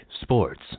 sports